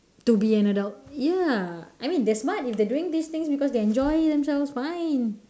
to be an adult ya I mean they are smart if they are doing these things because they enjoy themselves fine